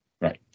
right